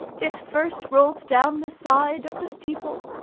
it first rolled down the side of the steeple,